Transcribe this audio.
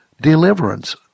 deliverance